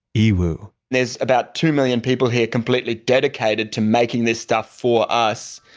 yiwu there's about two million people here completely dedicated to making this stuff for us.